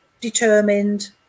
determined